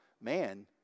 Man